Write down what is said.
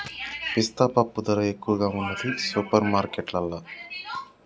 పిస్తా పప్పు ధర ఎక్కువున్నది సూపర్ మార్కెట్లల్లా